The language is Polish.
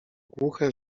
głuche